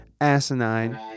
asinine